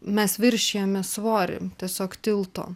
mes viršijame svorį tiesiog tilto